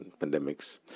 pandemics